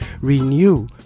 renew